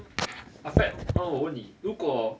ah fat 那我问你如果